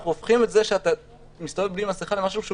אנחנו הופכים את זה שאתה מסתובב בלי מסכה למשהו שהוא